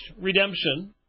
redemption